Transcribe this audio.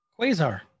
Quasar